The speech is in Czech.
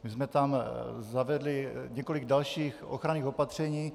My jsme tam zavedli několik dalších ochranných opatření.